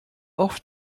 oft